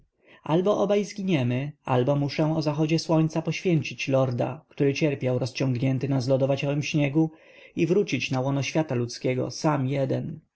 albo obaj zginiemy albo muszę o zachodzie słońca poświęcić lorda który cierpiał rozciągnięty na zlodowaciałym śniegu i wrócić na łono świata ludzkiego sam jeden